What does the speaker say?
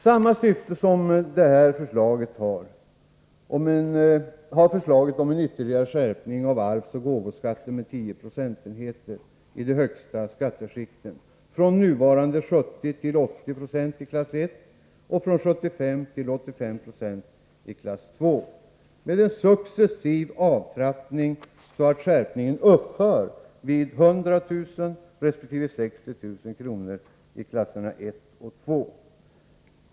Samma syfte har förslaget om en ytterligare skärpning av arvsoch gåvoskatten med 10 procentenheter i de högsta skatteskikten, från nuvarande 70 90 till 80 96 i klass 1 och från 75 9 till 85 96 i klass 2, med en successiv avtrappning så att skärpningen upphör vid 100 000 kr. resp. 60 000 kr. i klass 1 och klass2.